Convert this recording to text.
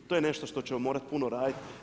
To je nešto što ćemo morati puno raditi.